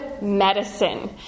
medicine